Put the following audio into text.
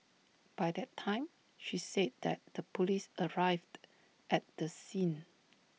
by that time she said that the Police arrived at the scene